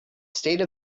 state